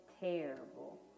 terrible